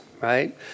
right